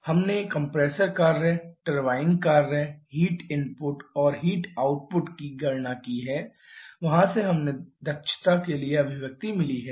हमने कंप्रेसर कार्य टरबाइन कार्य हीट इनपुट और हीट आउटपुट की गणना की है वहां से हमें दक्षता के लिए अभिव्यक्ति मिली है